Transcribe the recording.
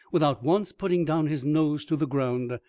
without once putting down his nose to the ground.